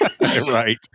Right